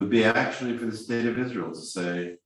‫זה יהיה בעצם ‫למדינת ישראל להגיד...